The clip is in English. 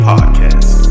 Podcast